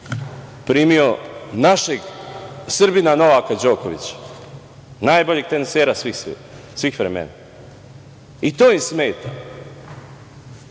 primio našeg Srbina Novaka Đokovića, najboljeg tenisera svih vremena, i to im smeta.